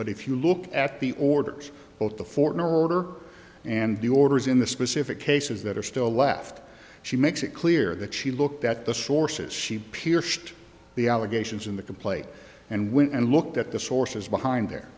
but if you look at the orders both the foreign order and the orders in the specific cases that are still left she makes it clear that she looked at the sources she pierced the allegations in the complaint and went and looked at the sources behind there